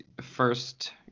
first